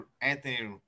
Anthony